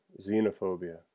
xenophobia